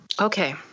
Okay